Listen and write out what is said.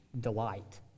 delight